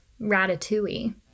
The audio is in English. ratatouille